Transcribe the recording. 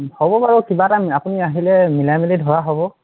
হ'ব বাৰু কিবা এটা আপুনি আহিলে মিলাই মেলি ধৰা হ'ব